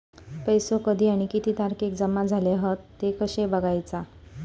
पैसो कधी आणि किती तारखेक जमा झाले हत ते कशे बगायचा?